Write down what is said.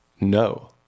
no